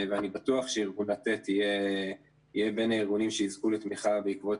אני בטוח שארגון "לתת" יהיה בין הארגונים שיזכו לתמיכה בעקבות